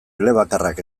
elebakarrak